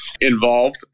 involved